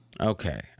Okay